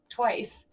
twice